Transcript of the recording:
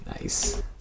Nice